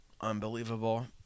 unbelievable